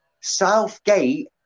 Southgate